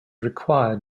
required